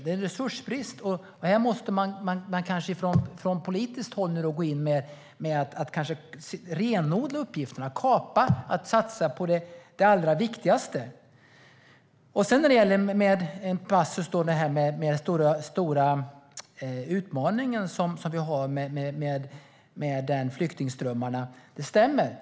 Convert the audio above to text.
Det är resursbrist, och här måste man kanske från politiskt håll gå in och renodla uppgifterna - kapa och satsa på det allra viktigaste. När det gäller passusen om den stora utmaning vi har med flyktingströmmarna så stämmer det.